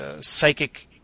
psychic